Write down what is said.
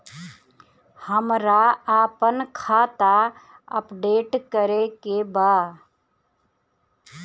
हमरा आपन खाता अपडेट करे के बा